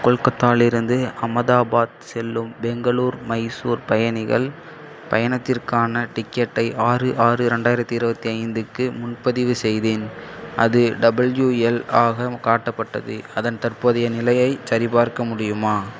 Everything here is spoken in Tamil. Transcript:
கொல்கத்தாலிருந்து அகமதாபாத் செல்லும் பெங்களூர் மைசூர் பயணிகள் பயணத்திற்கான டிக்கெட்டை ஆறு ஆறு ரெண்டாயிரத்தி இருபத்தி ஐந்துக்கு முன்பதிவு செய்தேன் அது டபிள்யூஎல் ஆகக் காட்டப்பட்டது அதன் தற்போதைய நிலையைச் சரிபார்க்க முடியுமா